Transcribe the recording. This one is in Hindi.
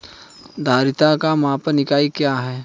धारिता का मानक इकाई क्या है?